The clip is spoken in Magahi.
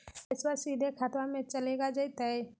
पैसाबा सीधे खतबा मे चलेगा जयते?